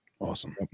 Awesome